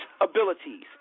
abilities